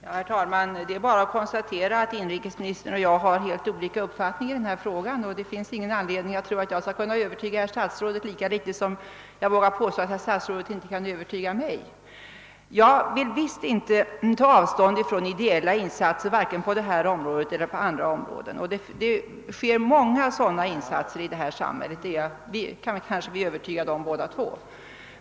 Herr talman! Det är bara att konstatera att inrikesministern och jag har helt olika uppfattningar i denna fråga, och det finns ingen anledning att tro att jag skall kunna övertyga herr stats rådet, lika väl som jag vågar påstå att herr statsrådet inte kan övertyga mig. Jag vill visst inte ta avstånd från ideella insatser på vare sig detta eller andra områden. Det görs många sådana insatser i vårt samhälle — det är vi väl överens om.